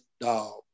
dog